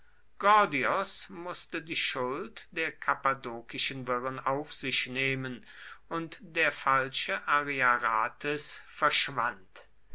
gordios mußte die schuld der kappadokischen wirren auf sich nehmen und der falsche ariarathes verschwand